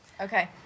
Okay